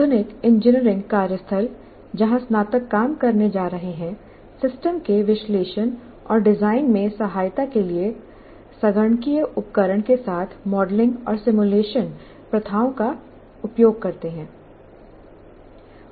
आधुनिक इंजीनियरिंग कार्यस्थल जहां स्नातक काम करने जा रहे हैं सिस्टम के विश्लेषण और डिजाइन में सहायता के लिए संगणकीय उपकरण के साथ मॉडलिंग और सिमुलेशन प्रथाओं का उपयोग करते हैं